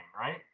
right